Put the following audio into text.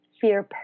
fear